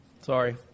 Sorry